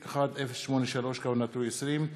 פ/1189/20,